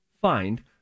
find